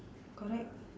correct